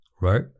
Right